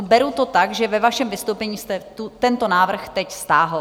Beru to tak, že ve vašem vystoupení jste tento návrh teď stáhl.